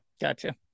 gotcha